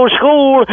school